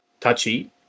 touchy